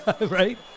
Right